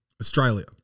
Australia